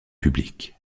public